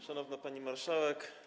Szanowna Pani Marszałek!